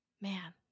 man